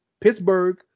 Pittsburgh